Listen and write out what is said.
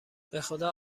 بخدا